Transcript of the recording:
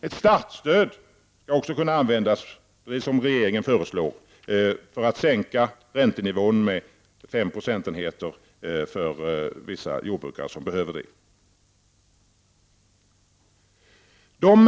Ett startstöd skall också kunna användas för att sänka räntenivån med fem procentenheter för de jordbrukare som behöver detta, vilket regeringen föreslår.